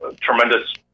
tremendous